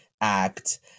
act